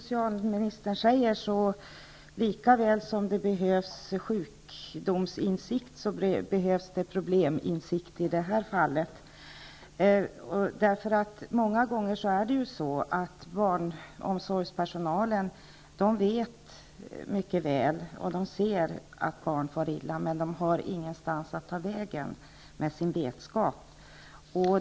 Herr talman! Likaväl som det behövs sjukdomsinsikt behövs det i det här fallet probleminsikt, precis som socialministern säger. Barnomsorgspersonalen vet många gånger mycket väl att barn far illa och ser det, men de har ingenstans att ta vägen med sin vetskap.